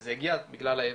וזה הגיע בגלל הייבוא.